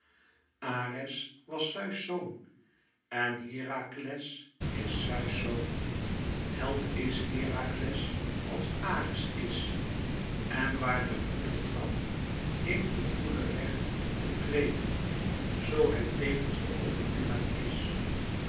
ares was zeus zoon en herakles is zeus zoon held is herakles als ares is en waar de broeder trad heeft de broeder recht te treden zoo hij tevens de overwinnaar is